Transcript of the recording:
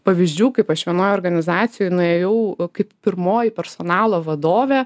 pavyzdžių kaip aš vienoj organizacijoj nuėjau kaip pirmoji personalo vadovė